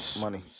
money